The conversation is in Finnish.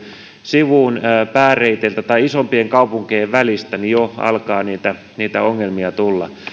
sivuun pääreitiltä tai isompien kaupunkien välistä niin jo alkaa niitä niitä ongelmia tulla eivätpä